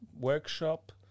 workshop